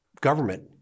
government